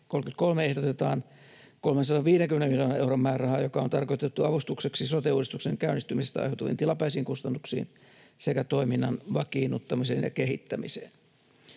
33, ehdotetaan 350 miljoonan euron määrärahaa, joka on tarkoitettu avustukseksi sote-uudistuksen käynnistymisestä aiheutuviin tilapäisiin kustannuksiin sekä toiminnan vakiinnuttamiseen ja kehittämiseen.